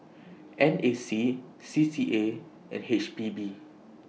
N A C C C A and H P B